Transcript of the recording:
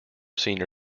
senior